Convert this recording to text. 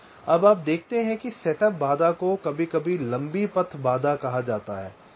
अब आप देखते हैं कि सेटअप बाधा को कभी कभी लंबी पथ बाधा कहा जाता है